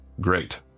Great